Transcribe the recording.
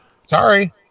sorry